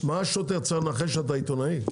השוטר צריך לנחש שאתה עיתונאי?